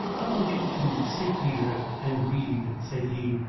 i want you to sit here and read, said he,